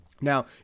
Now